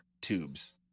tubes